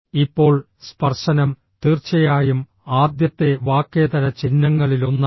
ഇപ്പോൾ സ്പർശനം തീർച്ചയായും ആദ്യത്തെ വാക്കേതര ചിഹ്നങ്ങളിലൊന്നാണ്